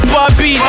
Bobby